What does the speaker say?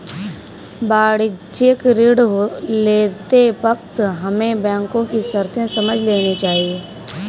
वाणिज्यिक ऋण लेते वक्त हमें बैंको की शर्तें समझ लेनी चाहिए